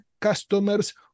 customers